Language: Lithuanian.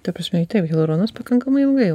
ta prasme taip hiperonus pakankamai ilgai